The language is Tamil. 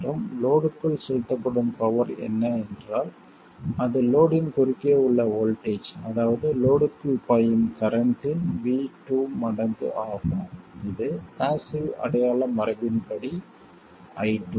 மற்றும் லோடுக்குள் செலுத்தப்படும் பவர் என்ன என்றால் அது லோடின் குறுக்கே உள்ள வோல்ட்டேஜ் அதாவது லோடுக்குள் பாயும் கரண்ட்டின் v2 மடங்கு ஆகும் இது பாஸ்ஸிவ் அடையாள மரபின்படி i2